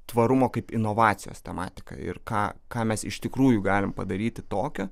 tvarumo kaip inovacijos tematika ir ką ką mes iš tikrųjų galim padaryti tokio